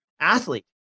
athlete